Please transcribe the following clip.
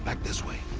like this way.